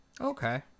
Okay